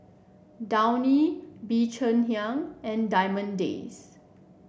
Downy Bee Cheng Hiang and Diamond Days